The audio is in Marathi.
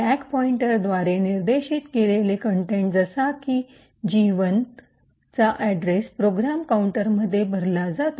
स्टॅक पॉइंटरद्वारे निर्देशित केलेले कंटेंट जसा की जी १ चा अड्रेस प्रोग्राम काउंटरमध्ये भरला जातो